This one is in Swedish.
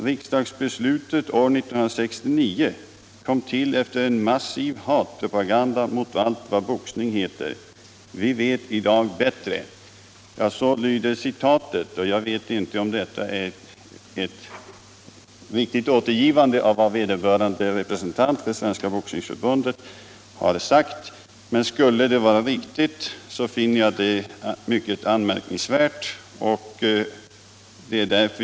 Riksdagsbeslutet år 1969 kom till efter en massiv hatpropaganda mot allt vad boxning heter. Vi vet i dag bättre.” Så lyder citatet, men jag vet inte om det är ett riktigt återgivande av vad vederbörande representant för Svenska boxningsförbundet har sagt. Skulle det vara riktigt, finner jag uttalandet mycket anmärkningsvärt.